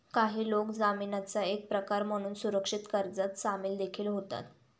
काही लोक जामीनाचा एक प्रकार म्हणून सुरक्षित कर्जात सामील देखील होतात